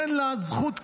אין לה זכות קיום.